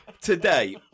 today